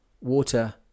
Water